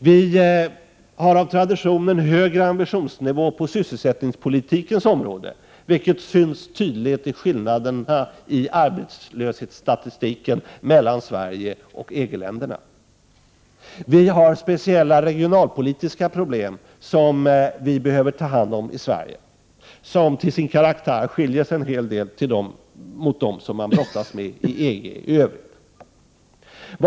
Vi har i Sverige av tradition en högre ambitionsnivå än EG-länderna på sysselsättningspolitikens område, vilket syns tydligt i skillnaderna i arbetslöshetsstatistik. Vi har i Sverige speciella regionalpolitiska problem att ta hand om. Dessa skiljer sig i fråga om karaktär en hel del från de problem på detta område som man har att brottas med i EG i övrigt.